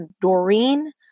Doreen